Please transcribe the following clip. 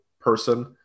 person